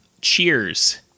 Cheers